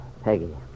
Peggy